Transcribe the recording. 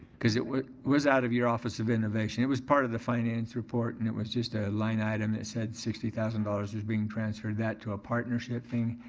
cause it was was out of your office of innovation. it was part of the finance report and it was just a line item that said sixty thousand dollars was being transferred that to a partnership thing.